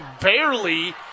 barely